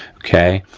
okay?